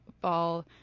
ball